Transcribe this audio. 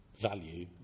value